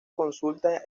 consulta